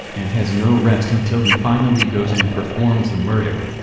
and has no rest until he finally goes and performs the murder.